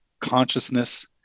consciousness